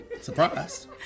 surprised